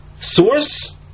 source